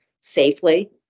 safely